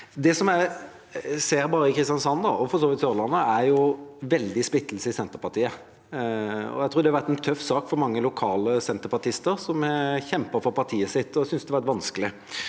Det jeg ser i Kristiansand, og for så vidt på Sørlandet, er en veldig splittelse i Senterpartiet. Jeg tror dette har vært en tøff sak for mange lokale senterpartister som har kjempet for partiet sitt, og som synes dette har vært vanskelig.